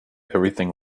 everything